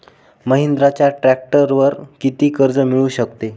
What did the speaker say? महिंद्राच्या ट्रॅक्टरवर किती कर्ज मिळू शकते?